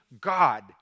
God